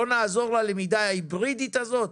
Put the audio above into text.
לא נעזור ללמידה ההיברידית הזאת?